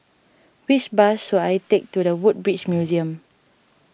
which bus should I take to the Woodbridge Museum